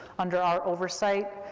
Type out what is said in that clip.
under our oversight,